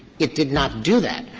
it did not do that.